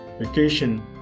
vacation